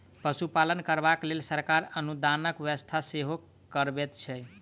पशुपालन करबाक लेल सरकार अनुदानक व्यवस्था सेहो करबैत छै